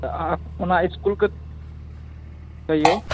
आ आब ओना इसकुलके कहियौ